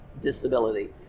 disability